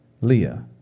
Leah